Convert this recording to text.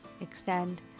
extend